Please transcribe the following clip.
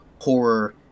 horror